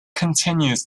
continues